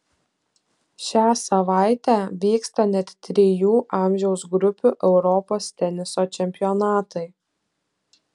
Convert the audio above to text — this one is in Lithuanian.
šią savaitę vyksta net trijų amžiaus grupių europos teniso čempionatai